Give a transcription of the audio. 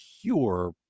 pure